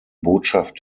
botschaft